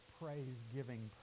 praise-giving